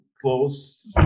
close